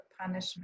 punishment